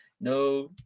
No